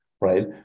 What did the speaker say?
right